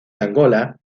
angola